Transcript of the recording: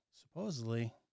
supposedly